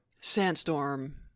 Sandstorm